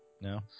No